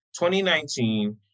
2019